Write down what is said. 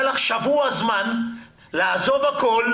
היה לך זמן שבוע לעזוב הכול